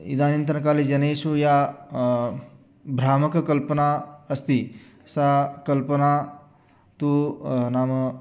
इदानीन्तनकाले जनेषु या भ्रामककल्पना अस्ति सा कल्पना तु नाम